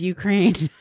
Ukraine